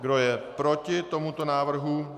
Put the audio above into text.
Kdo je proti tomuto návrhu?